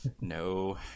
No